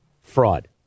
fraud